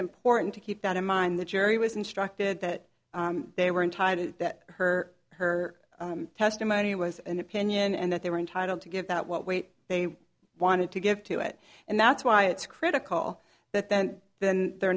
important to keep that in mind the jury was instructed that they were entitled that her her testimony was an opinion and that they were entitled to give that what weight they wanted to give to it and that's why it's critical that then then they're